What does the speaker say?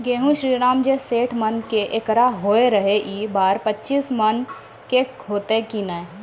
गेहूँ श्रीराम जे सैठ मन के एकरऽ होय रहे ई बार पचीस मन के होते कि नेय?